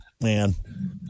Man